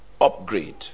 upgrade